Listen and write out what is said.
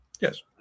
yes